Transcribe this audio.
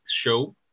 show